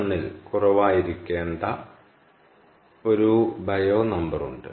1 ൽ കുറവായിരിക്കേണ്ട ഒരു ബയോ നമ്പർ ഉണ്ട്